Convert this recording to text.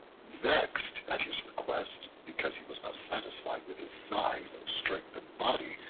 vexed at his request because he was not satisfied with his size and strength of body,